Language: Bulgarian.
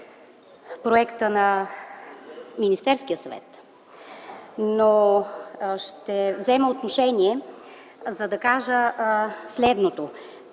проекта на Министерския съвет, но ще взема отношение, за да кажа следното.